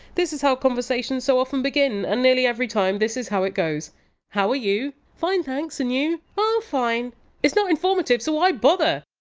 is how conversations so often begin. and nearly every time, this is how it goes how are you? fine thanks, and you? oh, fine it's not informative, so why bother?